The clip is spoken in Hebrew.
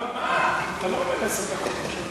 אדוני היושב-ראש,